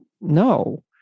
no